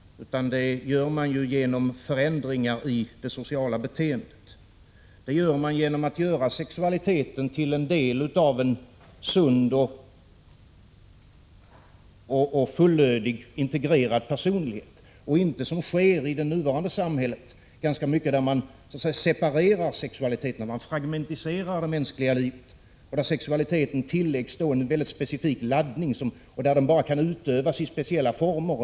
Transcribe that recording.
Det gör man genom förändringar i det sociala beteendet. Det gör man genom att göra sexualiteten till en del av en sund och fullödig personlighet, och inte som sker i det nuvarande samhället, där man separerar sexualiteten, man fragmentiserar det mänskliga livet. Där tilläggs sexualiteten en mycket specifik laddning, och där kan den bara utövas i speciella former.